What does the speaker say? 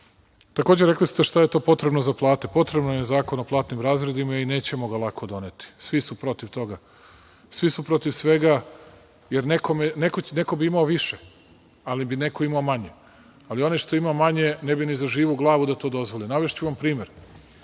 rekli ste šta je to potrebno za plate. Potrebno je Zakon o platnim razredima i nećemo ga lako doneti. Svi su protiv toga. Svi su protiv svega, jer neko bi imao više, ali bi neko imao manje. Ali, onaj što je imao manje ne bi ni za živu glavu da to dozvoli. Navešću vam primer.